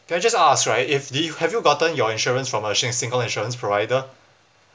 can I just ask right if the have you gotten your insurance from a shin~ single insurance provider